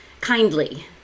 kindly